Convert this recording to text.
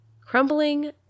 crumbling